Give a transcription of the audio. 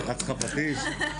אחריות כבדה